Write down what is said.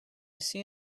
see